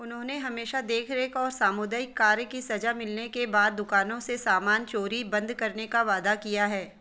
उन्होंने हमेशा देखरेख और सामुदायिक कार्य की सज़ा मिलने के बाद दुकानों से सामान चोरी बंद करने का वादा किया है